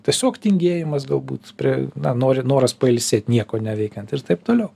tiesiog tingėjimas galbūt prie na nori noras pailsėt nieko neveikiant ir taip toliau